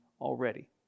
already